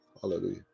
Hallelujah